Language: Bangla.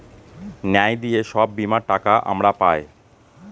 ন্যায় দিয়ে সব বীমার টাকা আমরা পায়